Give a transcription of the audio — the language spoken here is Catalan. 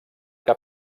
que